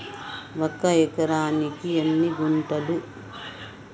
ఒక ఎకరానికి ఎన్ని గుంటలు?